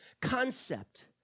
concept